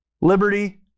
liberty